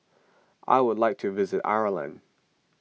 I would like to visit Ireland